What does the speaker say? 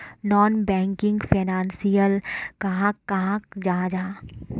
Non banking financial कहाक कहाल जाहा जाहा?